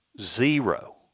Zero